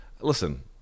Listen